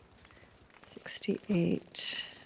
sixty eight